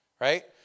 right